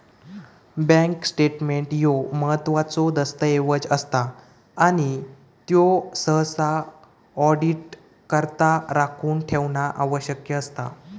bank statement ह्यो महत्त्वाचो दस्तऐवज असता आणि त्यो सहसा ऑडिटकरता राखून ठेवणा आवश्यक असता